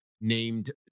named